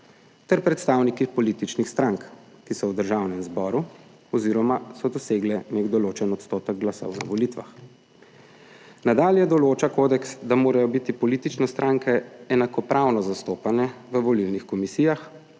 ter predstavniki političnih strank, ki so v Državnem zboru oziroma so dosegle nek določen odstotek glasov na volitvah. Nadalje določa kodeks, da morajo biti politične stranke enakopravno zastopane v volilnih komisijah